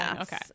okay